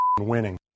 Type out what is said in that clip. winning